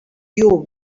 you